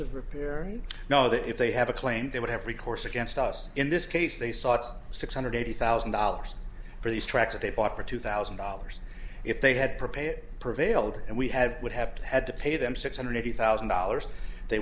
of repair you know that if they have a claim they would have recourse against us in this case they sought six hundred eighty thousand dollars for these tracks that they bought for two thousand dollars if they had prepaid prevailed and we had would have to had to pay them six hundred eighty thousand dollars they